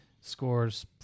scores